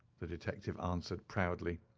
the detective answered proudly.